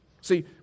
See